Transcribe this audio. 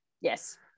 Yes